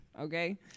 Okay